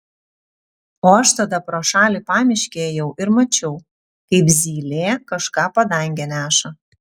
o aš tada pro šalį pamiške ėjau ir mačiau kaip zylė kažką padange neša